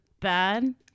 bad